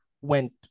went